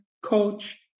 coach